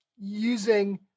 using